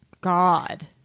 God